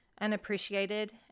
unappreciated